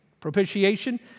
propitiation